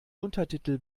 untertitel